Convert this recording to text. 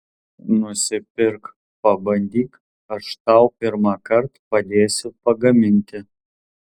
nusipirk pabandyk aš tau pirmąkart padėsiu pagaminti